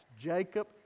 Jacob